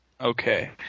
Okay